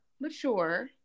mature